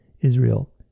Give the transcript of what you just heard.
Israel